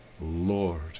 Lord